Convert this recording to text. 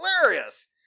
hilarious